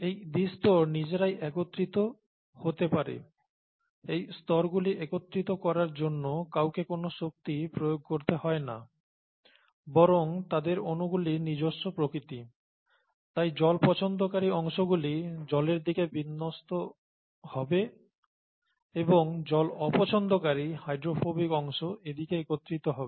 এই দ্বিস্তর নিজেরাই একত্রিত হতে পারে এই স্তরগুলি একত্রিত করার জন্য কাউকে কোন শক্তি প্রয়োগ করতে হয় না বরং তাদের অণুগুলির নিজস্ব প্রকৃতি তাই জল পছন্দকারী অংশগুলি জলের দিকে বিন্যস্ত হবে এবং জল অপছন্দকারী হাইড্রোফোবিক অংশ এদিকে একত্রিত হবে